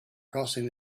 crossing